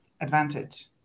advantage